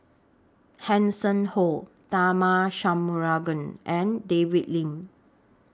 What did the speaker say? Hanson Ho Tharman Shanmugaratnam and David Lim